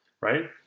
right